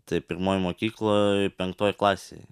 tai pirmoj mokykloj penktoj klasėj